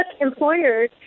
employers